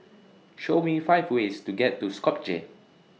Show Me five ways to get to Skopje